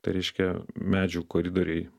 tai reiškia medžių koridoriai